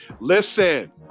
Listen